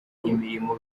imirimo